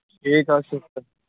ٹھیٖک حظ چھُ سر